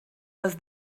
les